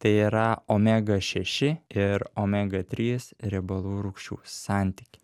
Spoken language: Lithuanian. tai yra omega šeši ir omega trys riebalų rūgščių santykį